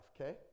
okay